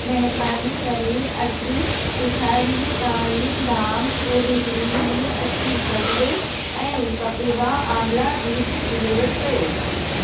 महिरबानी करे अॼु पिछाड़ीअ ताईं धामपुर ग्रीन अछी खंडु ऐं कपिवा आंमला जूस डिलीवर कयो